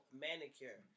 manicure